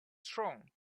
strong